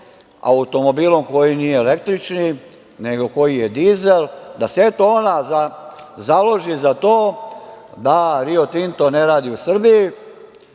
automobilom koji nije električni, nego je dizel, da se eto založi za to da Rio Tinto ne radi u Srbiji